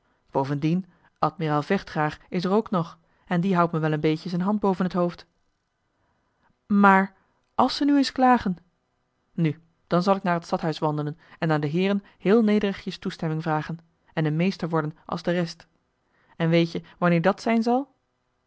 bovendien admiraal vechtgraag is er ook nog en die houdt me wel een beetje z'n hand boven t hoofd joh h been paddeltje de scheepsjongen van michiel de ruijter maar àls ze nu eens klagen nu dan zal ik naar t stadhuis wandelen en aan de heeren heel nederigjes toestemming vragen en een meester worden als de rest en weet-je wanneer dat zijn zal